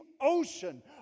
ocean